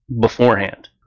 beforehand